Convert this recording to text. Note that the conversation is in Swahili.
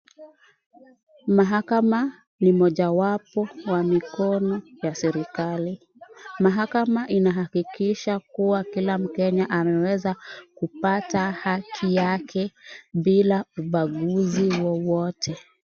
Mahakama ni mojawapo wa mikono ya serekali. Mahakama inahakikisha kuwa kila mkenya ameweza kupata haki yake bila ubaguzi wowote.